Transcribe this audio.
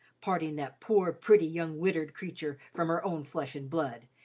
parting that poor, pretty, young widdered cre'tur' from her own flesh and blood,